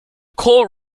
court